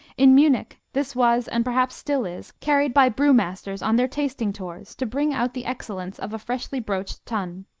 in munich this was, and perhaps still is, carried by brew masters on their tasting tours to bring out the excellence of a freshly broached tun.